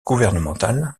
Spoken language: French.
gouvernementales